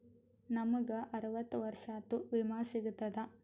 ನಮ್ ಗ ಅರವತ್ತ ವರ್ಷಾತು ವಿಮಾ ಸಿಗ್ತದಾ?